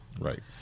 right